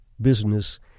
business